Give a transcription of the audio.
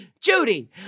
Judy